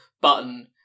button